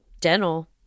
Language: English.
Dental